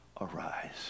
Arise